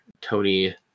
Tony